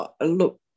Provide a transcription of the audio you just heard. look